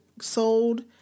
sold